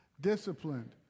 disciplined